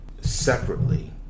separately